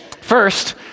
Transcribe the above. First